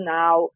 now